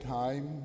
time